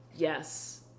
yes